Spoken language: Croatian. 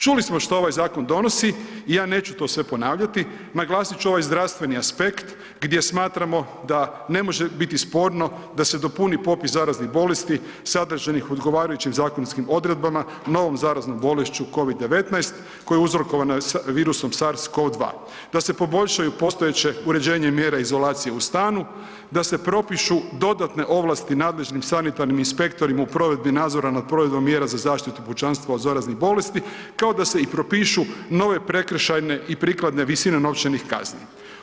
Čuli smo što ovaj zakon donosi i ja neću to sve ponavljati, naglasit ću ovaj zdravstveni aspekt gdje smatramo da ne može biti sporno da se dopuni popis zaraznih bolesti sadržanih u odgovarajućim zakonskim odredbama novom zaraznom bolešću Covid-19 koja je uzrokovana virusom SARS cod2, da se poboljšaju postojeće uređenje mjera izolacije u stanu, da se propišu dodatne ovlasti nadležnim sanitarnim inspektorima u provedbi nadzora nad provedbom mjera za zaštitu pučanstva od zaraznih bolesti, kao i da se propišu nove prekršajne i prikladne visine novčanih kazni.